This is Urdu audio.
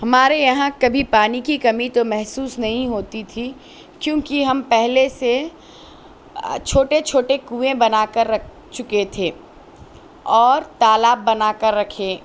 ہمارے یہاں کبھی پانی کی کمی تو محسوس نہیں ہوتی تھی کیونکہ ہم پہلے سے چھوٹے چھوٹے کنویں بنا کر رکھ چکے تھے اور تالاب بنا کر رکھے